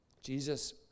Jesus